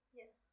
yes